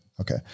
Okay